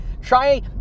Try